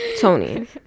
Tony